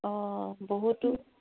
অঁ বহুতো